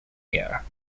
year